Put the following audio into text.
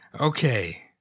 Okay